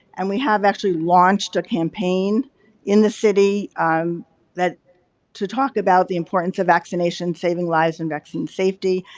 and we have actually launched a campaign in the city that to talk about the importance of vaccination, saving lives and vaccine safety.